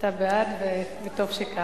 אתה בעד וטוב שכך.